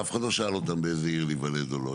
שאף אחד לא שאל אותם באיזו עיר להיוולד או לא,